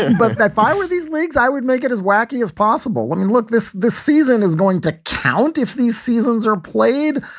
but if i was these leaks, i would make it as wacky as possible. i mean, look, this this season is going to count if these seasons are played,